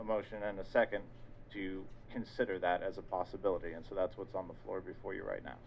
a motion and a second to consider that as a possibility and so that's what's on the floor before you right now